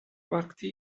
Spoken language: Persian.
وقتی